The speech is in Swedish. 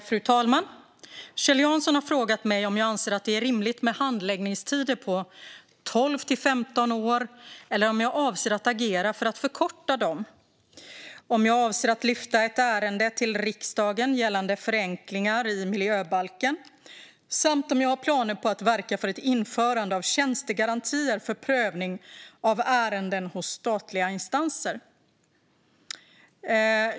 Fru talman! Kjell Jansson har frågat mig om jag anser att det är rimligt med handläggningstider på 12-15 år eller om jag avser att agera för att förkorta dem, om jag avser att lyfta ett ärende till riksdagen gällande förenklingar i miljöbalken samt om jag har planer på att verka för ett införande av tjänstegarantier för prövning av ärenden hos statliga instanser.